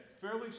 Fairly